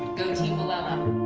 go, team vilela.